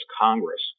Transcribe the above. Congress